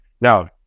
Now